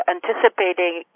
anticipating